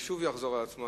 ששוב זה יחזור על עצמו,